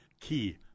Key